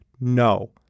no